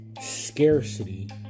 scarcity